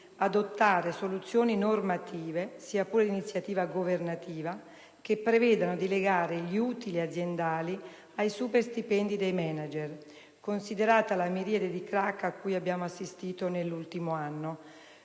adottare soluzioni normative, sia pure d'iniziativa governativa, che prevedano di legare gli utili aziendali ai superstipendi dei manager, considerata la miriade di crack a cui abbiamo assistito nell'ultimo anno.